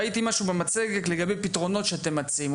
ראיתי משהו במצגת לגבי פתרונות שאתם מציעים,